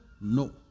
No